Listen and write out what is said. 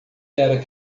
era